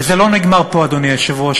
וזה לא נגמר פה, אדוני היושב-ראש.